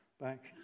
back